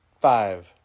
five